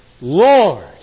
Lord